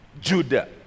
Judah